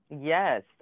Yes